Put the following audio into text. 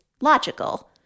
logical